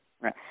Right